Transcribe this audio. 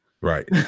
right